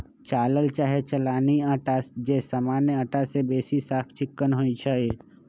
चालल चाहे चलानी अटा जे सामान्य अटा से बेशी साफ चिक्कन होइ छइ